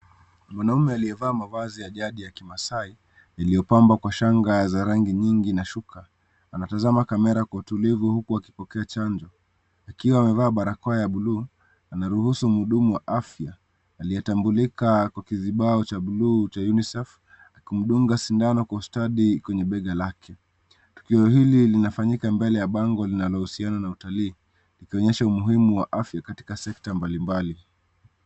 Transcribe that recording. Mwaume aliye vaa mavazi ya jadi ya kimasai, iliyo pamba kwa shanga ya rangi nyingi na shuka. Wanatazama kamera kwa utulivu huku wakipokea chango akiwa amevalia barakoa ya buluu amerusu muhudumu wa afya alieye tambulika kwa kibao cha buluu cha [unisef], akimdunga shindano kwa usdati kwenye bega lake. Tukio hili linafanyika mbele la bango linalohusiana na utalii ukionyesha umuhimu wa afya katika sekta mbali mbali.